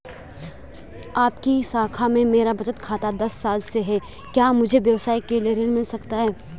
आपकी शाखा में मेरा बचत खाता दस साल से है क्या मुझे व्यवसाय के लिए ऋण मिल सकता है?